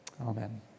Amen